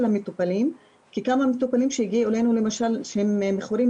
המטופלים כי כמה מטופלים שהגיעו אלינו למשל שמכורים